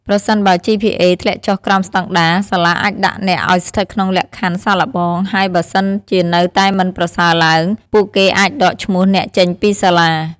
ប្រសិនបើ GPA ធ្លាក់ចុះក្រោមស្តង់ដារ សាលាអាចដាក់អ្នកឲ្យស្ថិតក្នុងលក្ខខណ្ឌសាកល្បង ហើយបើសិនជានៅតែមិនប្រសើរឡើង ពួកគេអាចដកឈ្មោះអ្នកចេញពីសាលា។